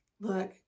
Look